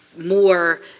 more